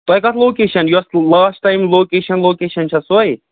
تۄہہِ کَتھ لوکیشَن یۄس لاسٹ ٹایم لوکیشَن لوکیشَن چھےٚ سۄے